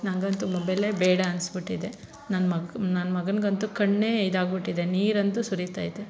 ನನಗಂತೂ ಮೊಬೈಲೇ ಬೇಡ ಅನಿಸಿಬಿಟ್ಟಿದೆ ನನ್ನ ಮಗ ನನ್ನ ಮಗನಿಗಂತೂ ಕಣ್ಣೇ ಇದಾಗಿಬಿಟ್ಟಿದೆ ನೀರಂತೂ ಸುರಿತೈತೆ